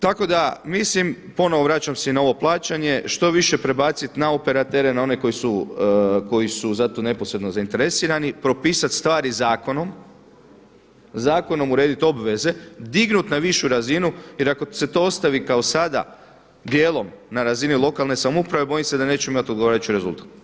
Tako da mislim, ponovo vraćam se i na ovo plaćanje što više prebaciti na operatere na oni koji su za to neposredno zainteresirani, propisati stvari zakonom, zakonom urediti obveze, dignuti na višu razinu jer ako se to ostavi kao sada dijelom na razini lokalne samouprave, bojim se da nećemo imati odgovarajući rezultat.